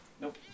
Nope